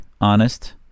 honest